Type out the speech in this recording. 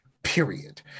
Period